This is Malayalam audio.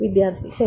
വിദ്യാർത്ഥി ശരി